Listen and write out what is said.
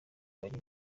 hagira